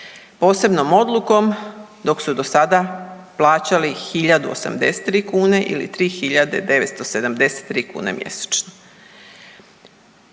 posebnom odlukom, dok su do sada plaćali hiljadu 83 kune ili 3 hiljade 973 kune mjesečno.